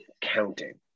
counting